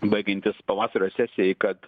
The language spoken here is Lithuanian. baigiantis pavasario sesijai kad